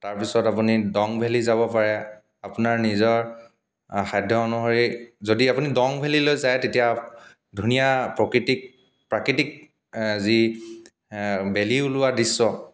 তাৰপিছত আপুনি ডং ভেলী যাব পাৰে আপোনাৰ নিজৰ সাধ্য অনুসৰি যদি আপুনি ডং ভেলীলৈ যায় তেতিয়া ধুনীয়া প্ৰকৃতিক প্ৰাকৃতিক যি বেলি ওলোৱা দৃশ্য